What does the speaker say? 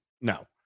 No